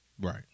Right